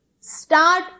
Start